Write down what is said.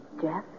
Jeff